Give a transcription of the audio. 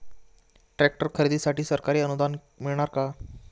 Tractor खरेदीसाठी सरकारी अनुदान मिळणार का?